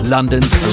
London's